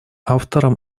автором